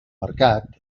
mercat